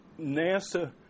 NASA